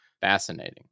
Fascinating